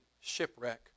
shipwreck